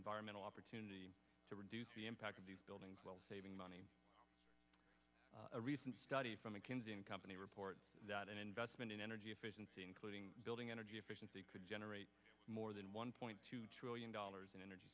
environmental opportunity to reduce the impact of these buildings while saving money a recent study from mckinsey and company reports that an investment in energy efficiency including building energy efficiency could generate more than one point two trillion dollars in energy